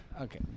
Okay